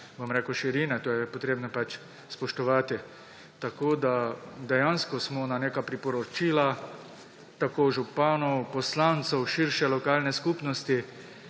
takšne širine. To je potrebno pač spoštovati. Tako smo dejansko na neka priporočila tako županov, poslancev, širše lokalne skupnosti